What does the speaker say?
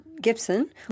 Gibson